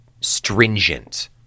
stringent